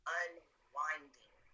unwinding